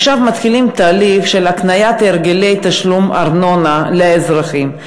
עכשיו מתחילים תהליך של הקניית הרגלי תשלום ארנונה לאזרחים.